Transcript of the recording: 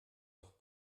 doch